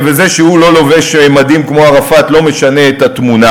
וזה שהוא לא לובש מדים כמו ערפאת לא משנה את התמונה,